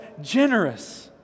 generous